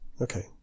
okay